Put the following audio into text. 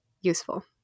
useful